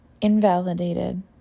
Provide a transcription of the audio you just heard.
invalidated